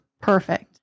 perfect